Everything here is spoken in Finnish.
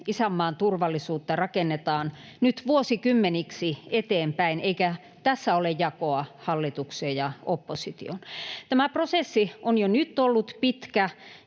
Isänmaan turvallisuutta rakennetaan nyt vuosikymmeniksi eteenpäin, eikä tässä ole jakoa hallitukseen ja oppositioon. Tämä prosessi on jo nyt ollut pitkä,